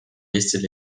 eestil